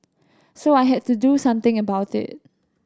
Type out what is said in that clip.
so I had to do something about it